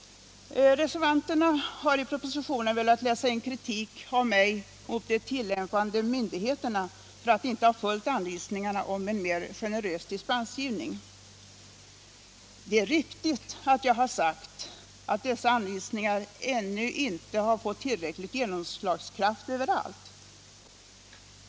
Reservanterna har i propositionen velat läsa in en kritik från mig mot de tillämpande myndigheterna för att de inte följt anvisningarna om en mer generös dispensgivning. Det är riktigt att jag sagt att dessa anvisningar ännu inte fått tillräcklig genomslagskraft överallt.